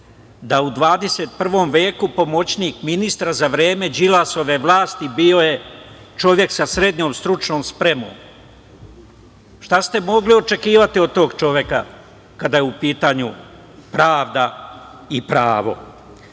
da u 21. veku pomoćnik ministra za vreme Đilasove vlasti je bio čovek sa srednjom stručnom spremom. Šta ste mogli očekivati od tog čoveka kada je u pitanju pravda i pravo? Desilo